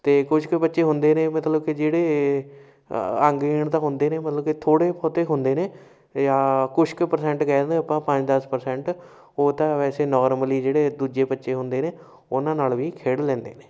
ਅਤੇ ਕੁਛ ਕੁ ਬੱਚੇ ਹੁੰਦੇ ਨੇ ਮਤਲਬ ਕਿ ਜਿਹੜੇ ਅ ਅੰਗਹੀਣ ਤਾਂ ਹੁੰਦੇ ਨੇ ਮਤਲਬ ਕਿ ਥੋੜ੍ਹੇ ਬਹੁਤੇ ਹੁੰਦੇ ਨੇ ਜਾਂ ਕੁਛ ਕੁ ਪਰਸੈਂਟ ਕਹਿ ਦਿੰਦੇ ਆਪਾਂ ਪੰਜ ਦਸ ਪ੍ਰਸੈਂਟ ਉਹ ਤਾਂ ਵੈਸੇ ਨੋਰਮਲੀ ਜਿਹੜੇ ਦੂਜੇ ਬੱਚੇ ਹੁੰਦੇ ਨੇ ਉਹਨਾਂ ਨਾਲ ਵੀ ਖੇਡ ਲੈਂਦੇ ਨੇ